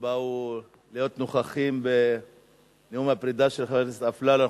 שבאו להיות נוכחים בנאום הפרידה של חבר הכנסת אפללו.